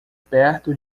perto